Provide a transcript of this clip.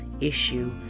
issue